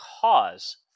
cause